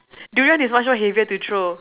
durian is much more heavier to throw ha ha